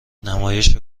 نمایش